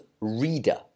reader